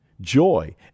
Joy